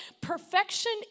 perfection